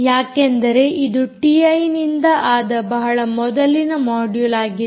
ಯಾಕೆಂದರೆ ಇದು ಟಿಐನಿಂದ ಆದ ಬಹಳ ಮೊದಲಿನ ಮೊಡ್ಯುಲ್ ಆಗಿದೆ